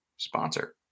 sponsor